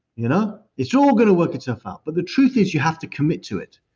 you know it's all going to work itself out. but the truth is you have to commit to it.